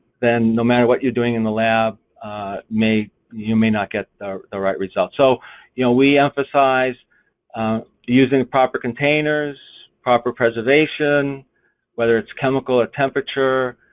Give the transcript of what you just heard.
then no matter what you're doing in the lab you may not get the the right result, so you know we emphasize using proper containers, proper preservation whether it's chemical or temperature,